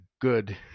good